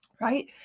Right